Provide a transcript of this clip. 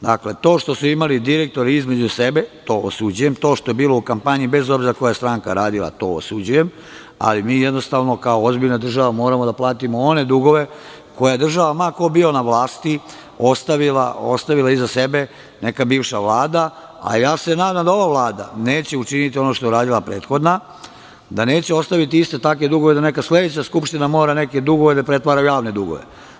Dakle, to što su imali direktori između sebe, to osuđujem, to što je bilo u kampanji, bez obzira koja stranka radila, to osuđujem, ali mi jednostavno kao ozbiljna država moramo da platimo one dugove koje je država, ma ko bio na vlasti, ostavila iza sebe neka bivša Vlada, a ja se nadam da ova Vlada neće učiniti ono što je uradila prethodna, da neće ostaviti iste takve dugove da neka sledeća Skupština mora neke dugove da pretvara u javne dugove.